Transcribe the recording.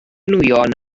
nwyon